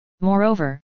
Moreover